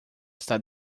está